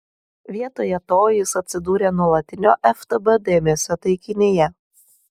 vietoje to jis atsidūrė nuolatinio ftb dėmesio taikinyje